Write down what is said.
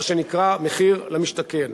מה שנקרא מחיר למשתכן.